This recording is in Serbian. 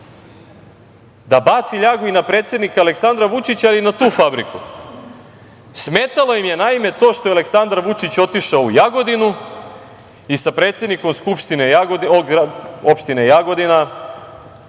da baci ljagu i na predsednika Aleksandra Vučića i na tu fabriku. Smetalo im je naime to što je Aleksandar Vučić otišao u Jagodinu i sa predsednikom grada Jagodine